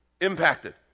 impacted